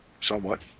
somewhat